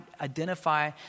identify